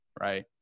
right